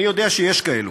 אני יודע שיש כאלה